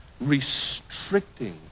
restricting